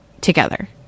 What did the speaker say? together